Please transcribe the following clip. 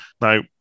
Now